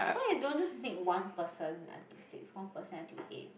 why you don't just meet one person until six one person until eight